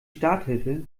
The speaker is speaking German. starthilfe